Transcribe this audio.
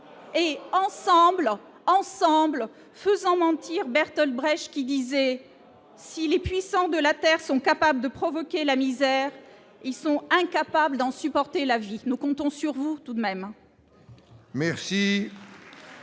et, ensemble, ensemble, faisant mentir Bertold Brecht qui disait si les puissants de la Terre sont capables de provoquer la misère, ils sont incapables d'en supporter la vie, nous comptons sur vous tout de même.